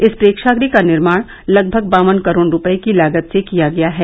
इस प्रेक्षागृह का निर्माण लगभग बावन करोड़ रूपए की लागत से किया गया है